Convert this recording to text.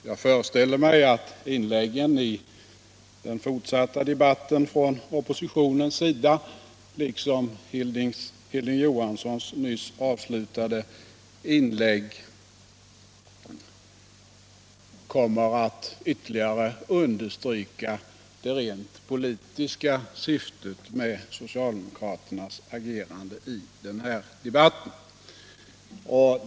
Jag föreställer mig att inläggen i den fortsatta debatten från oppositionens sida liksom Hilding Johanssons nyss avslutade anförande kommer att ytterligare understryka det rent politiska syftet med socialdemokraternas agerande i den här debatten.